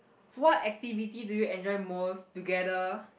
what activity do you enjoy most together